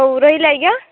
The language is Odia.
ହଉ ରହିଲି ଆଜ୍ଞା